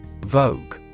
Vogue